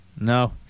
No